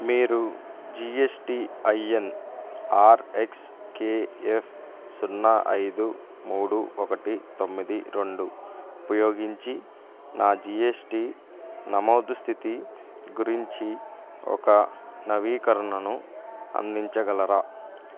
మీరు G S T I N R X K F సున్నా ఐదు మూడు ఒకటి తొమ్మిది రెండు ఉపయోగించి నా జీ ఎస్ టీ నమోదు స్థితి గురించి ఒక నవీకరణను అందించగలరా